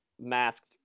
masked